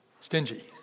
stingy